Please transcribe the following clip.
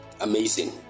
amazing